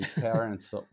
parents